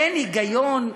אין היגיון.